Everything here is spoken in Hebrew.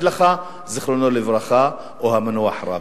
לך "זיכרונו לברכה" או "המנוח רבין".